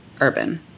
urban